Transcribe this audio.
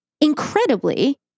Incredibly